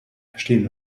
verstehen